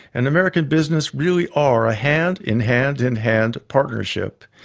and american business really are a hand in hand in hand partnership,